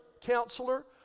counselor